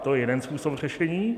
To je jeden způsob řešení.